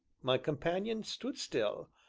my companion stood still,